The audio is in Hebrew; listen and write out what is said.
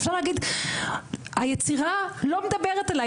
שאפשר להגיד היצירה לא מדברת אליי,